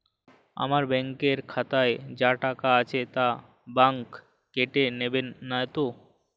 আমার ব্যাঙ্ক এর খাতায় যা টাকা আছে তা বাংক কেটে নেবে নাতো?